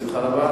בשמחה רבה.